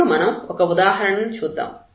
ఇప్పుడు మనం ఒక ఉదాహరణ ను చూద్దాం